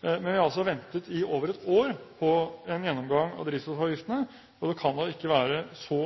Men vi har altså ventet i over et år på en gjennomgang av drivstoffavgiftene, og det kan da ikke være så